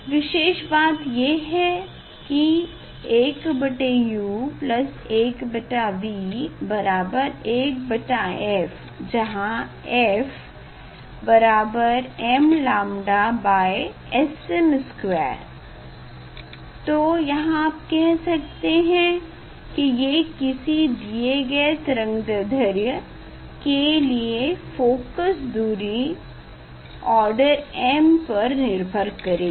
विशेष बात ये है की 1u 1v बराबर 1f है जहाँ fm𝞴sm2 तो यहाँ आप देख सकते है ये किसी दिये गए तरंग्दैध्र्य के लिए फोकस दूरी ऑर्डर m पर निर्भर करेगी